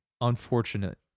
unfortunate